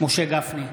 משה גפני,